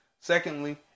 Secondly